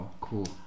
cool